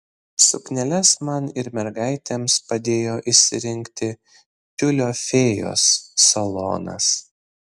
sukneles man ir mergaitėms padėjo išsirinkti tiulio fėjos salonas